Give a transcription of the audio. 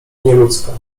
nieludzka